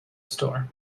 store